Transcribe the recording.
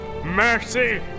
Mercy